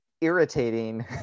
irritating